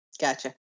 Gotcha